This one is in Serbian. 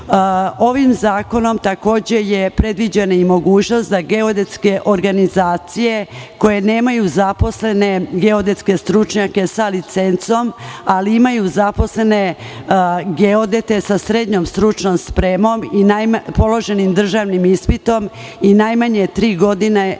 reda. Ovim zakonom takođe je predviđena i mogućnost da geodetske organizacije, koje nemaju zaposlene geodetske stručnjake sa licencom, ali imaju zaposlene geodete sa srednjom stručnom spremom i položenim državnim ispitom i najmanje tri godine radnog